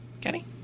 kenny